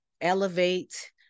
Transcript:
elevate